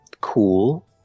cool